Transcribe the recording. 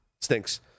stinks